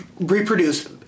reproduce